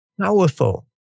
powerful